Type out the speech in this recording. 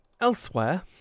Elsewhere